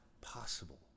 possible